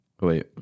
Wait